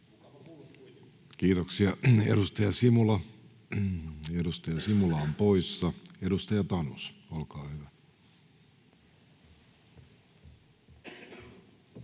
Kiitoksia. — Edustaja Simula on poissa. — Edustaja Tanus, olkaa hyvä.